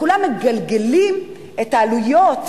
וכולם מגלגלים את העלויות,